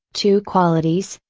two qualities,